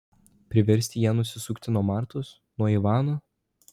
priversti ją nusisukti nuo martos nuo ivano